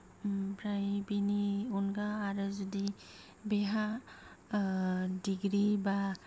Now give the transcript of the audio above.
ओमफ्राय बिनि अनगा आरो जुदि बेहा दिग्री बा